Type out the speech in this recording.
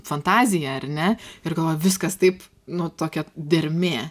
fantaziją ar ne ir galvoju viskas taip nu tokia dermė